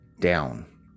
down